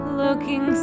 looking